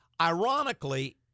Ironically